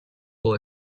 will